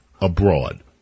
abroad